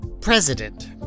president